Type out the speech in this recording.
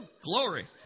glory